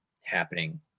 happening